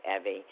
Evie